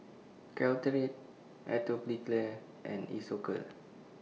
Caltrate Atopiclair and Isocal